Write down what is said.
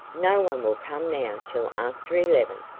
no one will come now till after eleven,